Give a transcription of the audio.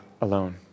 alone